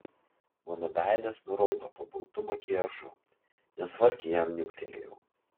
mano veidas nuraudo po baltu makiažu nesmarkiai jam niuktelėjau